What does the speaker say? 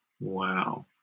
Wow